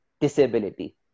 disability